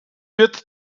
wird